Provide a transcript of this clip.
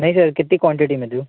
नहीं सर कितनी क्वांटिटी में दूँ